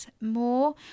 more